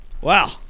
wow